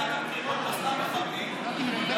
אני קוראת לכל חברי הכנסת,